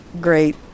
great